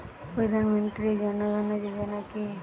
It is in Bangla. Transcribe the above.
প্রধান মন্ত্রী জন ধন যোজনা কি?